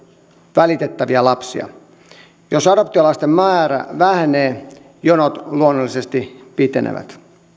välitettäviä lapsia jos adoptiolasten määrä vähenee jonot luonnollisesti pitenevät